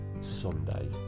Sunday